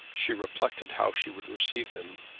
she reflected how she would receive him.